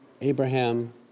Abraham